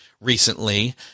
recently